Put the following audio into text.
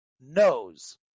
knows